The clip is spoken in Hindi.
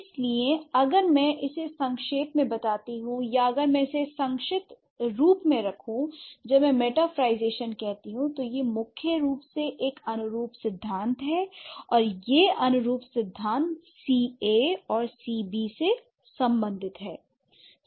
इसलिए अगर मैं इसे संक्षेप में बताती हूँ या अगर मैं इसे संक्षिप्त रूप में रखूं जब मैं मेटाफरlईजेशन कहती हूँ तो यह मुख्य रूप से एक अनुरूप सिद्धांत है और यह अनुरूप सिद्धांत C a और C b से सम्बंधित है